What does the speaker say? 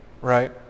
Right